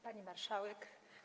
Pani Marszałek!